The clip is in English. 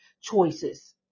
choices